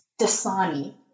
Dasani